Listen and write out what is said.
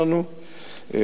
או את העיתון שלנו.